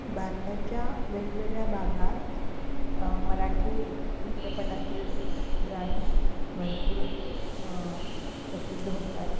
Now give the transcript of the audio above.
भारताच्या वेगवेगळ्या भागात मराठी चित्रपटातील गाणी भरपूर प्रसिद्ध होतात